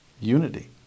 unity